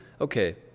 okay